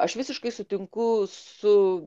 aš visiškai sutinku su